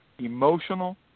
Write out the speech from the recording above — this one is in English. emotional